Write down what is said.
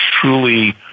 truly